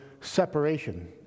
separation